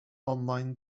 online